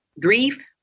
grief